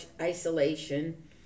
isolation